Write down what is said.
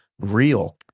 real